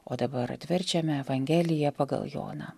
o dabar atverčiame evangeliją pagal joną